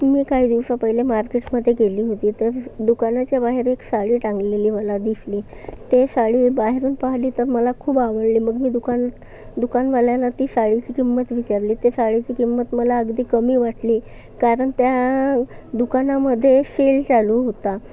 मी काही दिवसापहिले मार्केट्समध्ये गेली होती तर दुकानाच्या बाहेर एक साडी टांगलेली मला दिसली ते साडी बाहेरून पाहिली तर मला खूप आवडली म्हणून मी दुकान दुकानवाल्यांना ती साडीची किंमत विचारली ते साडीची किंमत मला अगदी कमी वाटली कारण त्या दुकानामध्ये सेल चालू होता